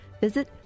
Visit